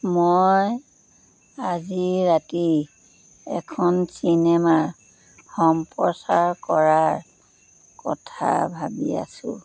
মই আজি ৰাতি এখন চিনেমা সম্প্ৰচাৰ কৰাৰ কথা ভাবি আছোঁ